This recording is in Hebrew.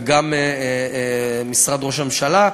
וגם משרד ראש הממשלה,